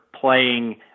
playing